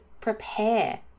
prepare